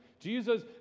Jesus